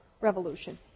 revolution